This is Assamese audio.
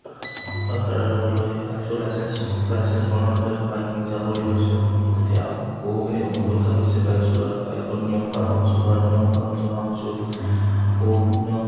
ৰাস্তালৈ আনিছোঁ লাইচেঞ্চ লাইচেঞ্চ বনাৰ পিছতহে বাইক নিজা কৰি লৈছোঁ তেতিয়া বহুখিনি অভিজ্ঞতা হৈছে বাইক চলোৱাৰ বাইকৰ নিয়ম কানুন চলোৱাৰ নিয়ম কানুন জনা হৈছোঁ বহু